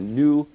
new